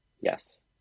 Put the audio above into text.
Yes